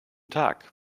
tag